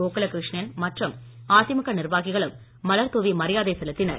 கோகுல கிருஷ்ணன் மற்றும் அதிமுக நிர்வாகிகளும் மலர் தூவி மரியாதை செலுத்தினர்